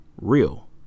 real